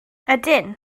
ydyn